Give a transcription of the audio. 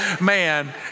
man